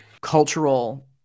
cultural